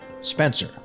Spencer